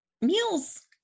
meals